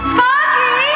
Sparky